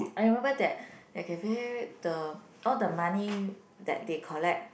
I remember that that cafe the all the money that they collect